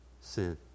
sin